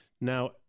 Now